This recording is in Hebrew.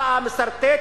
בא המסרטט,